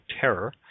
Terror